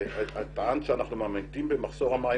את טענת שאנחנו ממעיטים במחסור המים